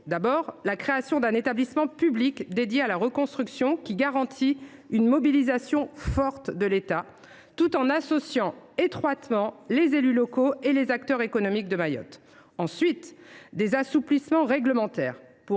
d’abord la création d’un établissement public dédié à la reconstruction qui garantit une mobilisation forte de l’État tout en associant étroitement les élus locaux et les acteurs économiques de Mayotte. Il prévoit ensuite des assouplissements réglementaires pour